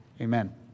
Amen